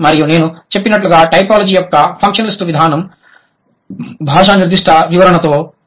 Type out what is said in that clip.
మరియు నేను చెప్పినట్లుగా టైపోలాజీ యొక్క ఫంక్షనలిస్ట్ విధానం భాష నిర్దిష్ట వివరణతో వ్యవహరిస్తుంది